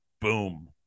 boom